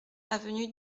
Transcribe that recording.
avenue